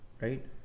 right